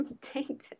tainted